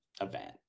event